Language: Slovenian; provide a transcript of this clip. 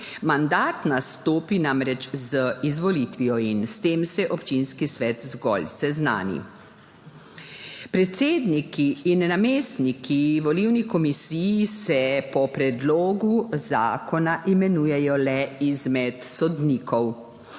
mandat namreč nastopi z izvolitvijo in se s tem občinski svet zgolj seznani. Predsedniki in namestniki volilnih komisij se po predlogu zakona imenujejo le izmed sodnikov,